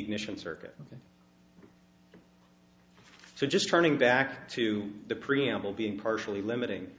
ignition circuit so just turning back to the preamble being partially limiting